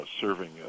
serving